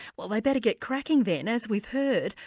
well they'd better get cracking then, as we've heard,